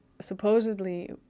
supposedly